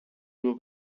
nur